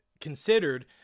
considered